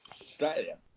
Australia